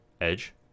Edge